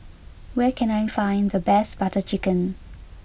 where can I find the best Butter Chicken